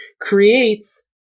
creates